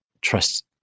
trust